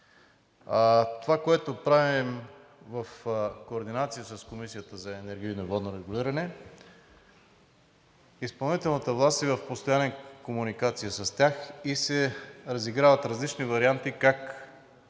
Това, което правим в координация с Комисията за енергийно и водно регулиране – изпълнителната власт е в постоянна комуникация с тях и се разиграват различни варианти